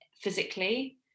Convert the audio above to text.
physically